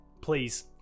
Please